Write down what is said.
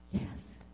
Yes